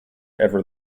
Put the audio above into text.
ever